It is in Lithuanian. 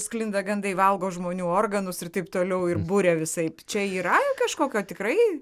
sklinda gandai valgo žmonių organus ir taip toliau ir buria visaip čia yra kažkokio tikrai